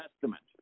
Testament